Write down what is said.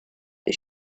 the